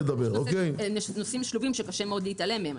אלה נושאים שלובים שקשה מאוד להתעלם מהם.